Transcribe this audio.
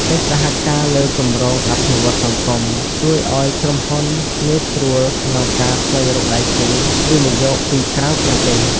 កិច្ចសហការលើគម្រោងអភិវឌ្ឍន៍សង្គម ជួយឱ្យក្រុមហ៊ុនងាយស្រួលក្នុងការស្វែងរកដៃគូវិនិយោគពីក្រៅប្រទេស។